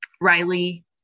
Riley